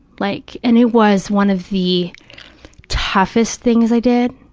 like, and it was one of the toughest things i did.